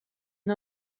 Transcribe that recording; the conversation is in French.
une